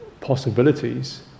possibilities